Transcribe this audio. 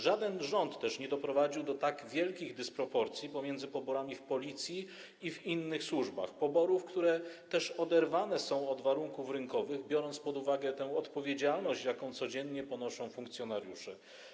Żaden rząd nie doprowadził do tak wielkich dysproporcji pomiędzy poborami w Policji i w innych służbach, poborami, które są oderwane od warunków rynkowych, biorąc pod uwagę odpowiedzialność, jaką codziennie ponoszą funkcjonariusze.